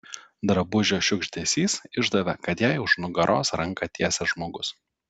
drabužio šiugždesys išdavė kad jai už nugaros ranką tiesia žmogus